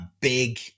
big